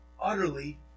utterly